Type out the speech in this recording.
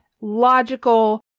logical